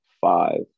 five